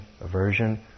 aversion